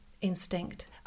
instinct